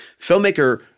filmmaker-